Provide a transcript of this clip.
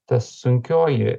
ta sunkioji